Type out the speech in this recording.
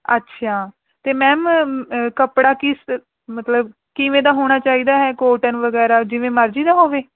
ਅੱਛਾ ਅਤੇ ਮੈਮ ਕੱਪੜਾ ਕਿਸ ਮਤਲਬ ਕਿਵੇਂ ਦਾ ਹੋਣਾ ਚਾਹੀਦਾ ਹੈ ਕੋਟਨ ਵਗੈਰਾ ਜਿਵੇਂ ਮਰਜ਼ੀ ਦਾ ਹੋਵੇ